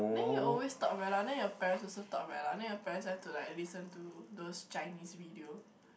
then you always talk very loud then your parents also talk very then your parents like to like listen to those Chinese video